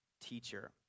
teacher